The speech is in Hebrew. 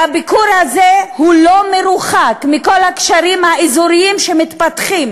והביקור הזה לא מרוחק מכל הקשרים האזוריים שמתפתחים